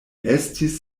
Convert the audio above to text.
estis